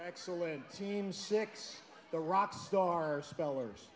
excellent team six the rockstar spellers